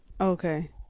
Okay